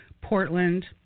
Portland